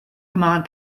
command